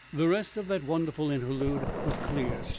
the rest of that wonderful interlude was clear,